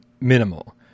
minimal